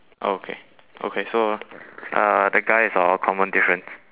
okay okay so uh the guy is our common difference